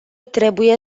trebuie